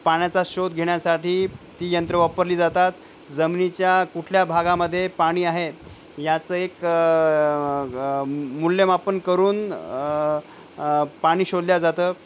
पाण्याचा शोध घेण्यासाठी ती यंत्र वापरली जातात जमिनीच्या कुठल्या भागामध्ये पाणी आहे याचं एक ग मूल्यमापन करून पाणी शोधलं जातं